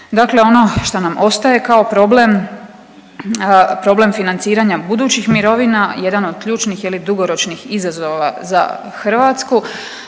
Dakle, ono što nam ostaje kao problem, problem financiranja budućih mirovina jedan o ključnih je li dugoročnih izazova za Hrvatsku,